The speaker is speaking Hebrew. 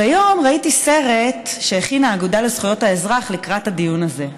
היום ראיתי סרט שהכינה האגודה לזכויות האזרח לקראת הדיון הזה,